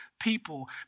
people